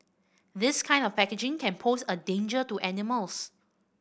this kind of packaging can pose a danger to animals